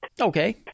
Okay